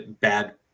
Bad